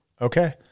Okay